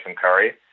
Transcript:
Curry